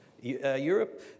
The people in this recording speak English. Europe